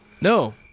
No